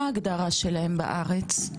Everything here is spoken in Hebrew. מה ההגדרה שלהם בארץ?